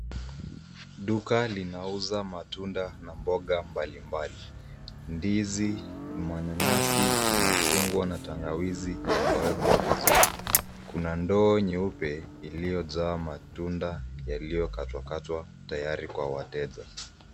Duka linauza matunda na mboga mbalimbali ndizi, mananasi, machungwa na tangawizi yamewekwa vizuri. Kuna ndoo nyeupe iliyo jaa matunda yaliyo katwa katwa tayari kwa wateja.